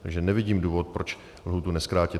Takže nevidím důvod, proč lhůtu nezkrátit.